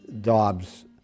Dobbs